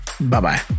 Bye-bye